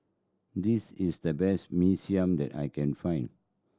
this is the best Mee Siam that I can find